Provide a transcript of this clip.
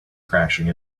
crashing